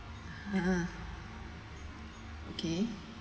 ha okay